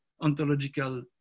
ontological